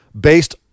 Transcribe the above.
Based